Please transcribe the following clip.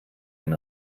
den